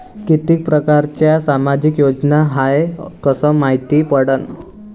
कितीक परकारच्या सामाजिक योजना हाय कस मायती पडन?